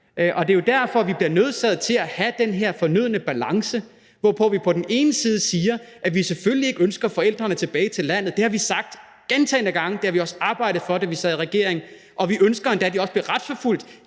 Det er jo derfor, vi bliver nødsaget til at have den her fornødne balance, hvor vi siger, at vi selvfølgelig ikke ønsker forældrene tilbage til landet – det har vi sagt gentagne gange, og det har vi også arbejdet for, da vi sad i regering – og at vi endda også ønsker, at de bliver retsforfulgt